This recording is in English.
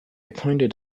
pointed